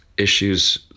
issues